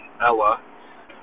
Ella